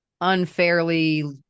unfairly